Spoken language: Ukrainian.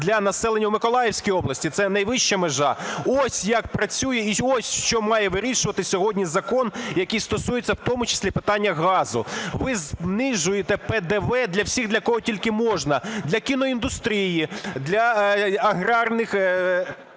для населення у Миколаївській області, це найвища межа. Ось як працює і ось що має вирішувати сьогодні закон, який стосується в тому числі питання газу. Ви знижуєте ПДВ для всіх, для кого тільки можна: для кіноіндустрії, для аграрних